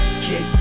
kick